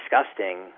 disgusting